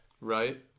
right